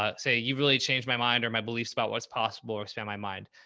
ah say you really changed my mind or my beliefs about what's possible or expand my mind.